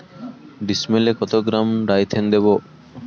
ডিস্মেলে কত গ্রাম ডাইথেন দেবো?